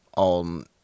on